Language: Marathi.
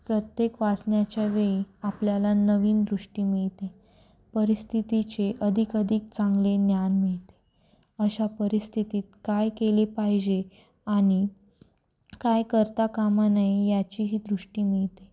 प्रत्येक वाचण्याच्या वेळी आपल्याला नवीन दृष्टी मिळते परिस्थितीचे अधिकाधिक चांगले ज्ञान मिळते अशा परिस्थितीत काय केले पाहिजे आणि काय करता कामा नये याचीही दृष्टी मिळते